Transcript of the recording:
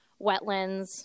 wetlands